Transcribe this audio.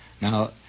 Now